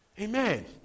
Amen